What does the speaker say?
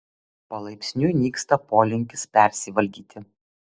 palaipsniui nyksta polinkis persivalgyti